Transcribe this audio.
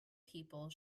people